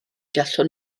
gallwn